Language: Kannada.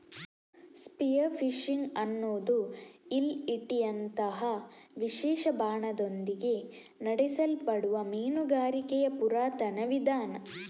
ಸ್ಪಿಯರ್ ಫಿಶಿಂಗ್ ಅನ್ನುದು ಈಲ್ ಈಟಿಯಂತಹ ವಿಶೇಷ ಬಾಣದೊಂದಿಗೆ ನಡೆಸಲ್ಪಡುವ ಮೀನುಗಾರಿಕೆಯ ಪುರಾತನ ವಿಧಾನ